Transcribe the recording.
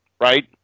right